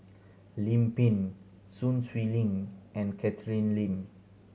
Lim Pin Sun Xueling and Catherine Lim